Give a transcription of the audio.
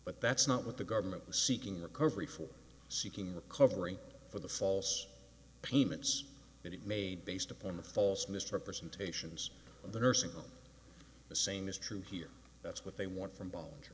but that's not what the government was seeking recovery for seeking recovery for the false payments that it made based upon the false misrepresentations of the nursing on the same is true here that's what they want from b